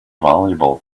valuable